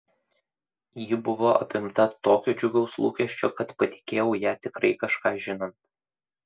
ji buvo apimta tokio džiugaus lūkesčio kad patikėjau ją tikrai kažką žinant